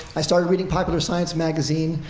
i started reading popular science magazine,